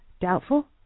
Doubtful